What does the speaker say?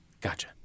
Gotcha